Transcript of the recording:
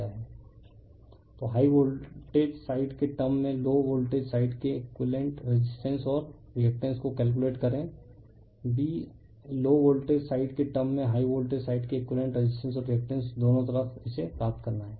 refer slide time 3706 तो high voltage side के term में लो वोल्टेज साइड के एक़ुइवेलेन्ट रेसिस्टेंस और रिएक्टेंस को कैलकुलेट करें bलो वोल्टेज साइड के टर्म में हाई वोल्टेज साइड के एक़ुइवेलेन्ट रेसिस्टेंस और रिएक्टेंस दोनों तरफ इसे प्राप्त करना है